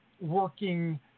working